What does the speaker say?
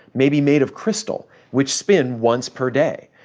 maybe made of crystal, which spin once per day.